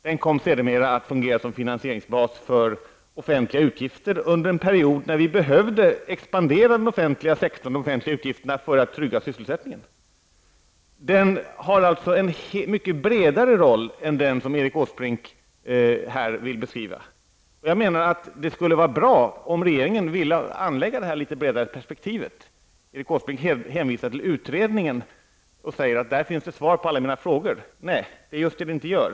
Den kom sedermera att fungera som finansieringsbas för offentliga utgifter under en period när vi behövde expandera den offentliga sektorn för att trygga sysselsättningen. AP-fonden har alltså en mycket bredare roll än den Erik Åsbrink här beskriver. Det vore bra om regeringen ville anlägga detta något bredare perspektiv. Erik Åsbrink hänvisar till utredningen och säger att den innehåller svaret på alla mina frågor. Nej, det är just vad den inte gör.